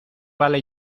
vale